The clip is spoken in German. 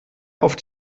auf